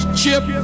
chip